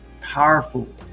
powerful